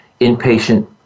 inpatient